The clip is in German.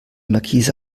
markise